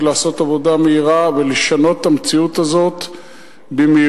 לעשות עבודה מהירה ולשנות את המציאות הזו במהירות.